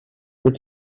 wyt